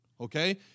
Okay